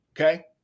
Okay